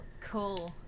Cool